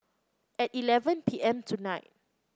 at eleven P M tonight